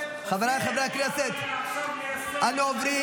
חבריי חברי הכנסת, אנחנו עוברים